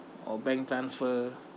or bank transfer